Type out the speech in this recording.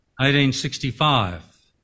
1865